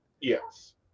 Yes